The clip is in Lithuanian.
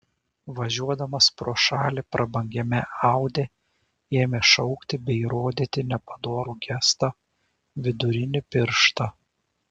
važiuodamas pro šalį prabangiame audi ėmė šaukti bei rodyti nepadorų gestą vidurinį pirštą